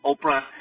Oprah